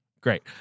Great